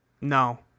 No